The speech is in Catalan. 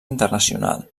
internacional